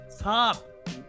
top